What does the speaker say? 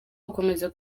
gukomeza